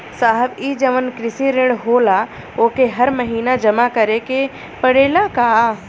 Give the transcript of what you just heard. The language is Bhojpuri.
साहब ई जवन कृषि ऋण होला ओके हर महिना जमा करे के पणेला का?